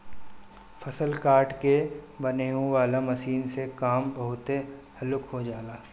फसल काट के बांनेह वाला मशीन से काम बहुत हल्लुक हो जाला